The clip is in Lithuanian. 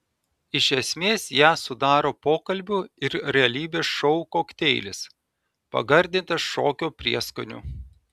iš esmės ją sudaro pokalbių ir realybės šou kokteilis pagardintas šokio prieskoniu